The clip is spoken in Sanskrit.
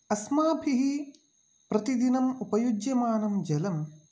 अस्माभिः प्रतिदिनम् उपयुज्यमानं जलम्